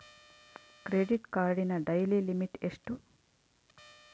Credit ಕಾರ್ಡಿನ daily limit ಎಷ್ಟು?